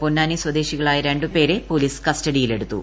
പൊന്നാനി സ്വദേശികളായ രണ്ടു പേരെ പൊലീസ് കസ്റ്റഡിയിലെടുത്തു